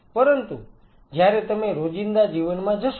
પરંતુ જ્યારે તમે રોજિંદા જીવનમાં જશો